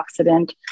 antioxidant